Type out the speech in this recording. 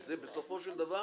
את זה בסופו של דבר,